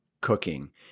cooking